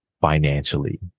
financially